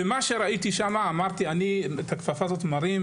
מה שראיתי שם, אמרתי שאני מרים את הכפפה הזאת.